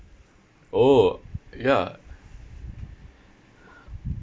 oh ya